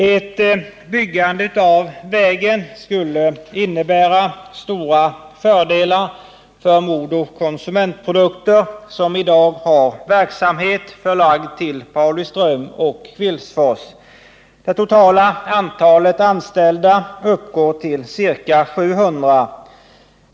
Ett byggande av vägen skulle innebära stora fördelar för Modo Konsumentprodukter AB, som i dag har verksamhet förlagd till Pauliström och Kvillsfors. Det totala antalet anställda uppgår till ca 700.